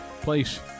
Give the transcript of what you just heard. place